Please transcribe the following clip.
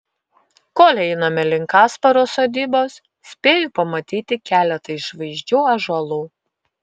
kol einame link kasparo sodybos spėju pamatyti keletą išvaizdžių ąžuolų